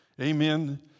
amen